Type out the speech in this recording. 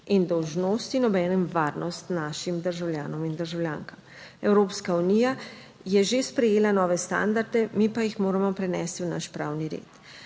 in dolžnosti in obenem varnost našim državljanom in državljankam. Evropska unija je že sprejela nove standarde, mi pa jih moramo prenesti v naš pravni red.